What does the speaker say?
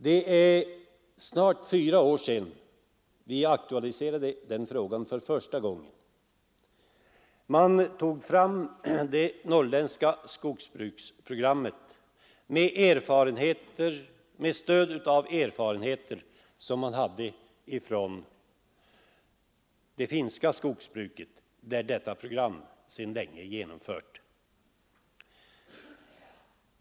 Det är cirka fyra år sedan vi aktualiserade den frågan för första gången. Man tog fram det norrländska skogsbruksprogrammet med stöd av erfarenheter från det finska skogsbruket, där ett sådant program sedan länge är genomfört.